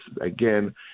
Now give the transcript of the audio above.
again